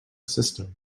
system